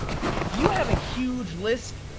if you have a huge list,